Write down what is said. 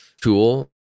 tool